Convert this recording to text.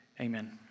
Amen